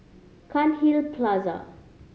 Cairnhill Plaza